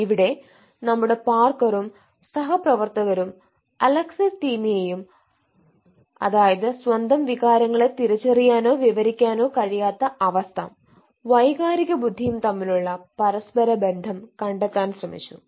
ഇവിടെ നമ്മുടെ പാർക്കറും സഹപ്രവർത്തകരും അലക്സിതിമിയയും സ്വന്തം വികാരങ്ങളെ തിരിച്ചറിയാനോ വിവരിക്കാനോ കഴിയാത്ത അവസ്ഥ വൈകാരിക ബുദ്ധിയും തമ്മിലുള്ള പരസ്പരബന്ധം കണ്ടെത്താൻ ശ്രമിച്ചു